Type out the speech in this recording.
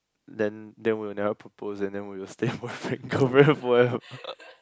then then will never propose and then we will stay boyfriend girlfriend forever